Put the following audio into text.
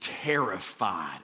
terrified